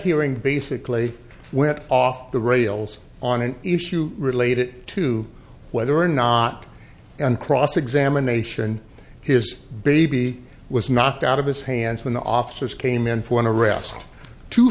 hearing basically went off the rails on an issue related to whether or not an cross examination his baby was knocked out of his hands when the officers came in for a rest t